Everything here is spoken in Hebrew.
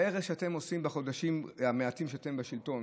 ההרס שאתם עושים בחודשים המעטים שאתם בשלטון